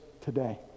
today